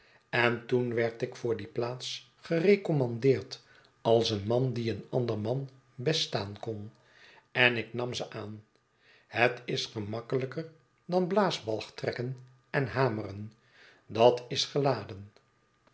en toen werd ik voor die plaats gerecommandeerd als een man die een ander man best staan kon en ik nam ze aan het is gemakkelijker dan blaasbalgtrekken en hameren dat is geladen